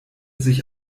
sich